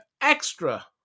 extra